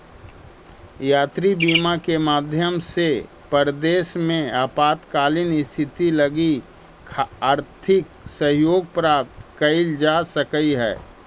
यात्री बीमा के माध्यम से परदेस में आपातकालीन स्थिति लगी आर्थिक सहयोग प्राप्त कैइल जा सकऽ हई